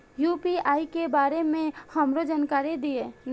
UPI के बारे में हमरो जानकारी दीय?